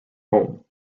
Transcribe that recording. home